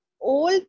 old